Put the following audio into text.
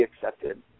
accepted